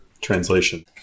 translation